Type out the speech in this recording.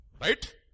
right